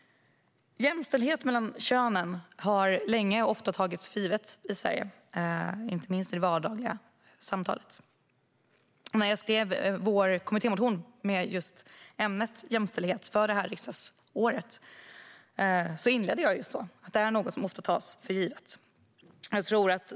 Jämställdhet har ofta tagits för givet i Sverige, inte minst i det vardagliga samtalet. När jag skrev vår kommittémotion med just ämnet jämställdhet för det här riksdagsåret inledde jag just med att det är något som ofta tas för givet.